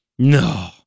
No